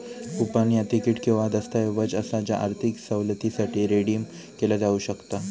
coupon ह्या तिकीट किंवा दस्तऐवज असा ज्या आर्थिक सवलतीसाठी रिडीम केला जाऊ शकता